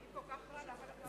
ובגלל זה הורדתם מסים.